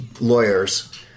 lawyers